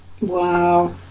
Wow